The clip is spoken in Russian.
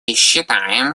считаем